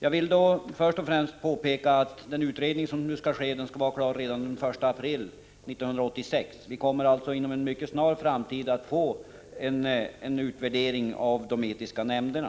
Jag vill först och främst påpeka att den utredning som nu har tillsatts skall vara klar redan den 1 april 1986. Vi kommer alltså inom en mycket snar framtid att få en utvärdering av de etiska nämnderna.